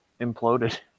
imploded